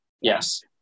yes